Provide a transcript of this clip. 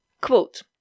Quote